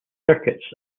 circuits